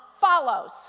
follows